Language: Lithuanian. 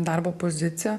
darbo poziciją